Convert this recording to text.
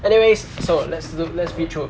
anyways so let's look let's read through